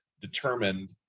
determined